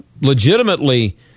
legitimately